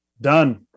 done